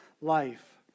life